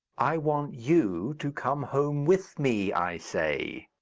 i want you to come home with me, i say.